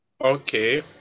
Okay